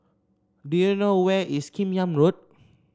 do you know where is Kim Yam Road